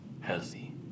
healthy